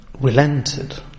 relented